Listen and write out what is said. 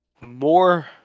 more